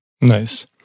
Nice